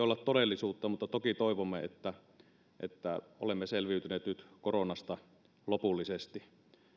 olla todellisuutta mutta toki toivomme että että olemme selviytyneet nyt koronasta lopullisesti